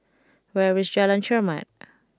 where is Jalan Chermat